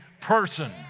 person